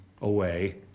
away